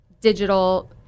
digital